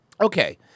Okay